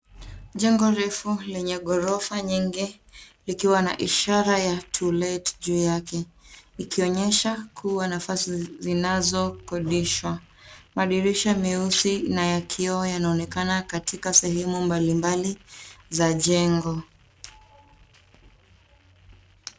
Jengo refu lenye ghorofa nyingi likiwa na ishara ya to let juu yake ikionyesha kuwa nafasi zinazo kodishwa. Madirisha meusi na ya kioo yanaonekana katika sehemu mbali mbali za jengo.